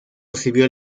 recibió